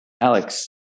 Alex